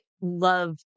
love